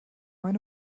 eine